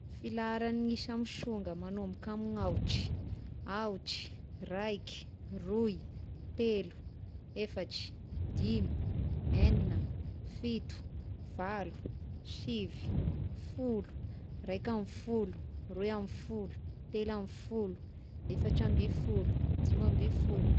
Filaharan'ny isa misonga manomboka amin'ny aotry: aotry, raiky, roy, telo, efatry, dimy, egnina, fito, valo, sivy, folo, raika amby folo, roy amby folo, telo amby folo, efatra amby folo, dimy amby folo.